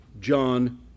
John